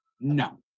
No